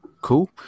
cool